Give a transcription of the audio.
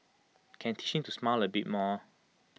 can teach him to smile A bit more